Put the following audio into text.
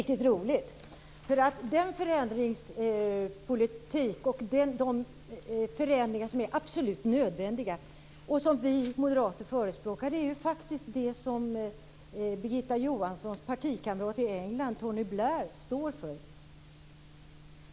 Fru talman! Nu börjar det bli riktigt roligt. De förändringar som är absolut nödvändiga och som vi moderater förespråkar är det som Birgitta Johanssons partikamrat i England Tony Blair står för.